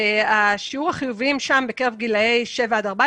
שיעור החיוביים שם, בקרב גילאי 7 עד 14